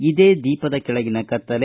ಇದೇ ದೀಪದ ಕೆಳಗಿನ ಕತ್ತಲೆ